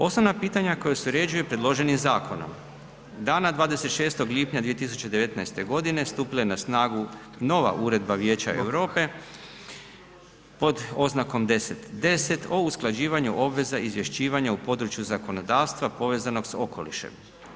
Osnovna pitanja koja se uređuju predloženim zakonom, dana 26. lipnja 2019. godine stupila je na snagu nova Uredba Vijeća Europe, pod oznakom 1010 o usklađivanju obveza izvješćivanja u području zakonodavstva povezanog s okolišem.